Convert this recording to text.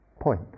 point